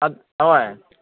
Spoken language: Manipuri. ꯍꯣꯏ